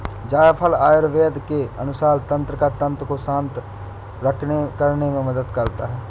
जायफल आयुर्वेद के अनुसार तंत्रिका तंत्र को शांत करने में मदद करता है